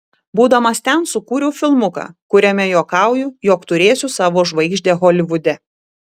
būdamas ten sukūriau filmuką kuriame juokauju jog turėsiu savo žvaigždę holivude